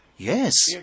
Yes